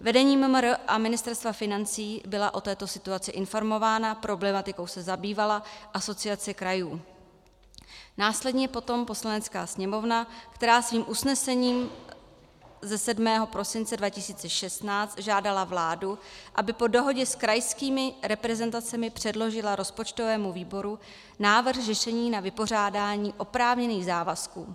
Vedení MMR a Ministerstva financí byla o této situaci informována, problematikou se zabývala Asociace krajů, následně potom Poslanecká sněmovna, která svým usnesením ze 7. prosince 2016 žádala vládu, aby po dohodě s krajskými reprezentacemi předložila rozpočtovému výboru návrh řešení na vypořádání oprávněných závazků.